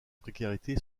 précarité